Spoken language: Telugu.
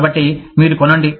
కాబట్టి మీరు కొనండి